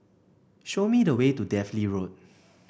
show me the way to Dalvey Road